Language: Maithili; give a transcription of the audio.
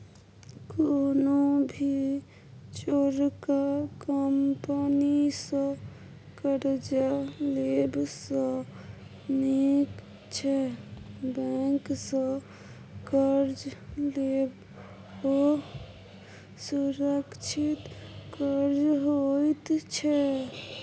कोनो भी चोरका कंपनी सँ कर्जा लेब सँ नीक छै बैंक सँ कर्ज लेब, ओ सुरक्षित कर्ज होइत छै